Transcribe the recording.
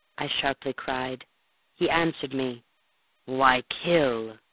i sharply cried he answered me why, kill!